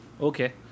Okay